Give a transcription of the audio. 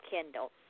Kindle